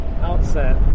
outset